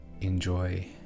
enjoy